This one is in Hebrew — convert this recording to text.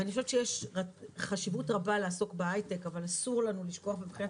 אני חושבת שיש חשיבות רבה לעסוק בהיי-טק אבל אסור לנו לשכוח מבחינת